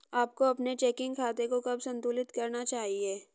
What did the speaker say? आपको अपने चेकिंग खाते को कब संतुलित करना चाहिए?